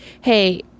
hey